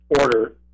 order